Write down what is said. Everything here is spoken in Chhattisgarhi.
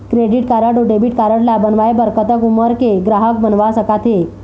क्रेडिट कारड अऊ डेबिट कारड ला बनवाए बर कतक उमर के ग्राहक बनवा सका थे?